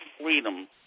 freedom